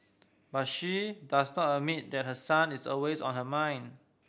but she does not admit that her son is always on her mind